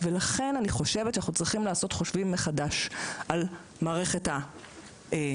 לכן אני חושבת שאנחנו צריכים לעשות חושבים מחדש על מערכת המניעה,